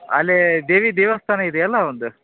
ಅಲ್ಲೀ ದೇವಿ ದೇವಸ್ಥಾನ ಇದೆ ಅಲ್ಲಾ ಒಂದು